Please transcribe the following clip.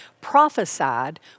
prophesied